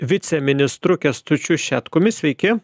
viceministru kęstučiu šetkumi sveiki